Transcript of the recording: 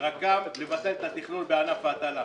רקם לבטל את התכנון בענף ההטלה.